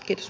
kiitos